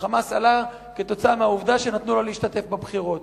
ה"חמאס" עלה כתוצאה מהעובדה שנתנו לו להשתתף בבחירות.